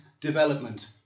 development